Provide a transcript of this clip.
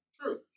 true